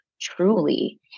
truly